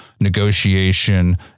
negotiation